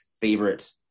favorite